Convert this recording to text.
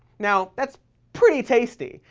now, that's pretty tasty,